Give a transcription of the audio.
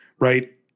right